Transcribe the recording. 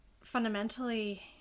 fundamentally